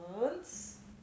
months